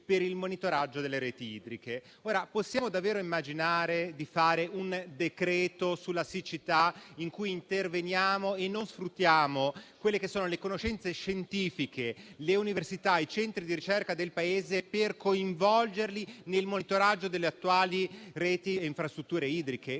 per il monitoraggio delle reti idriche. Possiamo davvero immaginare un decreto-legge sulla siccità in cui interveniamo senza sfruttare le conoscenze scientifiche, le università e i centri di ricerca del Paese, coinvolgendoli nel monitoraggio delle attuali reti e infrastrutture idriche?